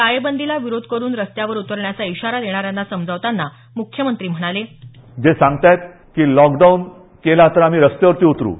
टाळेबंदीला विरोध करुन रस्त्यावर उतरण्याचा इशारा देणाऱ्यांना समजावतांना मुख्यमंत्री म्हणाले जे सांगतायत की लॉकडाऊन केला तर आम्ही रस्त्यावर उतरू